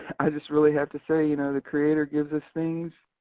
i just really have to say you know the creator gives us things